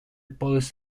police